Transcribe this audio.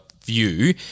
view